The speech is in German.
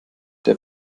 der